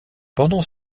pendant